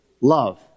love